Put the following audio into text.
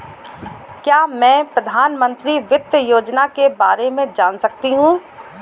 क्या मैं प्रधानमंत्री वित्त योजना के बारे में जान सकती हूँ?